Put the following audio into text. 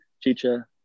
Chicha